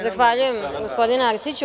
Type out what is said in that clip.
Zahvaljujem gospodine Arsiću.